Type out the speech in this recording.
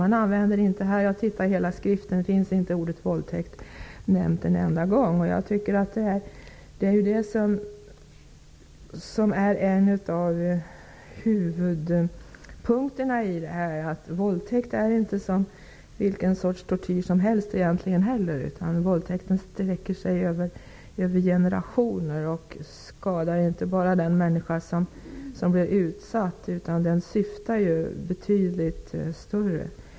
Jag har tittat i hela skriften -- ordet våldtäkt nämns inte en enda gång. En av huvudpunkterna här är ju att våldtäkt inte är som vilken sorts tortyr som helst. Effekterna av våldtäkten sträcker sig över generationer och skadar inte bara den människa som blir utsatt, utan syftet med den är betydligt större.